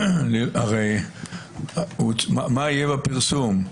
מה יהיה בפרסום?